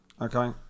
Okay